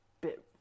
bit